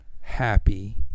happy